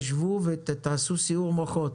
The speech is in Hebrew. שבו ותעשו סיעור מוחות